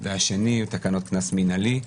והשני הוא תקנות קנס מינהלי,